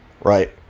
Right